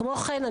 כמו כן,